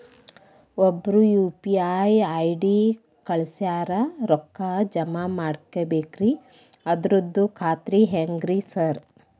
ಒಬ್ರು UPI ID ಕಳ್ಸ್ಯಾರ ರೊಕ್ಕಾ ಜಮಾ ಮಾಡ್ಬೇಕ್ರಿ ಅದ್ರದು ಖಾತ್ರಿ ಹೆಂಗ್ರಿ ಸಾರ್?